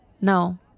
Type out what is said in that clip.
no